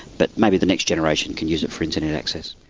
but maybe the next generation can use it for internet access.